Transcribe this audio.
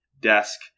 desk